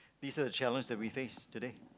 pieces of challenge that we face today